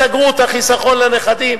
סגרו את החיסכון לנכדים.